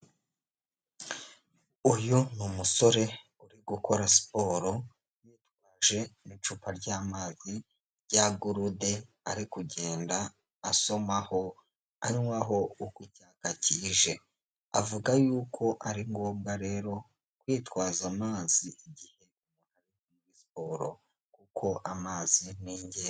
Uyu ni umusore uri gukora siporo yitwaje icupa ry'amazi rya gurude ari kugenda asomaho anywaho uko icyaka kije, avuga yuko ari ngombwa rero kwitwaza amazi igihe wagiye muri siporo kuko amazi n'ingenzi.